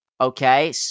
okay